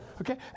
Okay